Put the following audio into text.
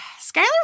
Skyler